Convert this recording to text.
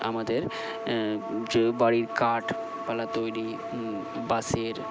আমাদের যে বাড়ির কাঠ পালা তৈরি বাসের